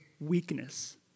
weakness